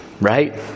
right